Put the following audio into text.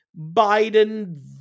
Biden